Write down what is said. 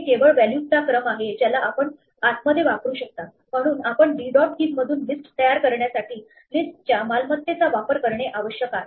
हे केवळ व्हॅल्यूज चा क्रम आहे ज्याला आपण आतमध्ये वापरू शकता म्हणून आपण d dot keys मधून लिस्ट तयार करण्यासाठी लिस्ट च्या मालमत्तेचा वापर करणे आवश्यक आहे